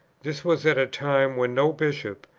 this was at a time when no bishop,